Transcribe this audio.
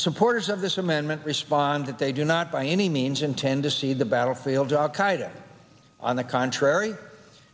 supporters of this amendment respond that they do not by any means intend to cede the battlefield of qaida on the contrary